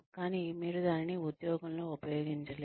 కానీ మీరు దానిని ఉద్యోగంలో ఉపయోగించలేరు